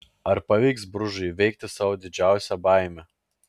ar pavyks bružui įveikti savo didžiausią baimę